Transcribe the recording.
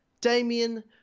Damien